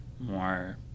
more